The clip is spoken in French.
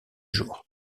jour